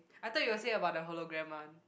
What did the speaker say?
I thought you will say about the Hologram one